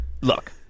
look